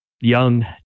young